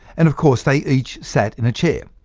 and of course, they each sat in a chair.